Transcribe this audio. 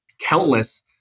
countless